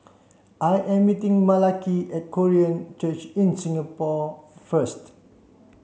I am meeting Malaki at Korean Church in Singapore first